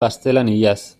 gaztelaniaz